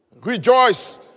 Rejoice